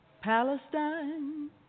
Palestine